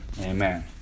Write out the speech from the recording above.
Amen